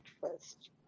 first